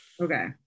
okay